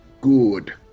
Good